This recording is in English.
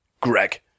Greg